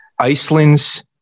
Iceland's